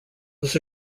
was